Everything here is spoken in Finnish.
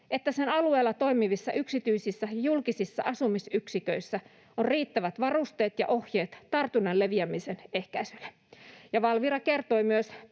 että sen alueella toimivissa yksityisissä ja julkisissa asumisyksiköissä on riittävät varusteet ja ohjeet tartunnan leviämisen ehkäisemiseksi. Valvira kertoi myös